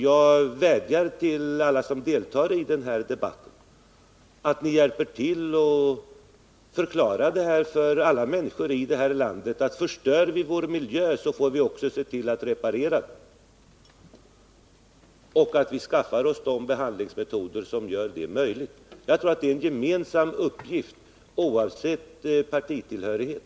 Jag vädjar till alla som deltar i denna debatt att hjälpa till att förklara för alla människor i det här landet att förstör vi vår miljö får vi också se till att den blir reparerad. Då får vi lov att använda de behandlingsmetoder som gör detta möjligt. Jag tror att det här är en gemensam uppgift för oss oavsett partitillhörighet.